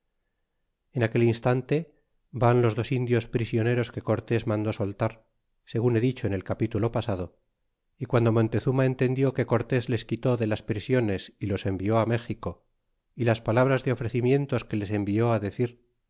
en aquel instante van los dos indios prisioneros que cortés mandó soltar segun he dicho en el capitulo pasado y quando moutezuma entendió que cortés les quitó de las prisiones y los envió á méxico y las palabras de ofrecimientos que les envió decir